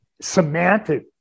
semantic